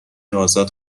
ازاد